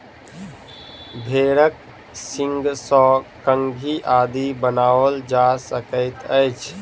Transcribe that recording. भेंड़क सींगसँ कंघी आदि बनाओल जा सकैत अछि